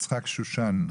יצחק שושן.